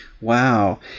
Wow